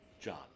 John